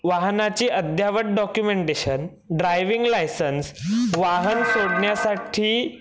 वाहनाची अद्ययावत documentation driving licence वाहन सोडण्यासाठी